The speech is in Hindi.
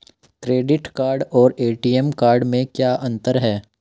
क्रेडिट कार्ड और ए.टी.एम कार्ड में क्या अंतर है?